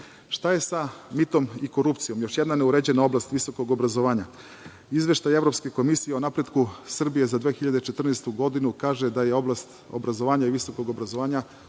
je sa mitom i korupcijom? Još jedna neuređena oblast visokog obrazovanja. Izveštaj Evropske komisije o napretku Srbije za 2014. godinu kaže da je oblast obrazovanja i visokog obrazovanja